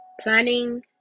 planning